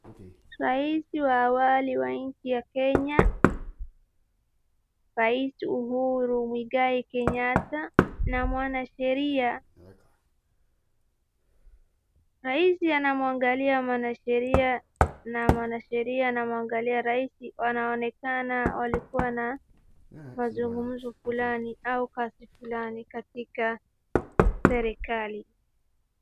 Raisi wa awali ya nchi ya Kenya, rais Uhuru Mwigai Kenyatta na mwana sheria. Raisi anamwangalia mwanasheria na mwanasheria anamwangalia raisi, wanaonekana walikua na mazungumzo fulani au past fulani katika serikali.